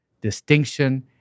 distinction